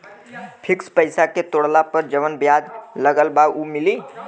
Fix पैसा के तोड़ला पर जवन ब्याज लगल बा उ मिली?